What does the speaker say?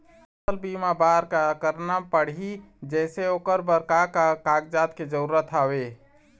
फसल बीमा बार का करना पड़ही जैसे ओकर बर का का कागजात के जरूरत हवे?